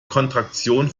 kontraktion